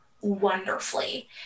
wonderfully